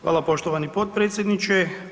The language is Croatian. Hvala poštovani potpredsjedniče.